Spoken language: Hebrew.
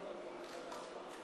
אני מחדש את הישיבה.